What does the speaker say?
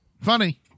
Funny